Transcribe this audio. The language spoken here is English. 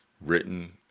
written